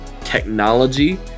technology